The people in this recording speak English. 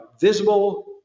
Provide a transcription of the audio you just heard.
visible